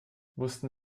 wussten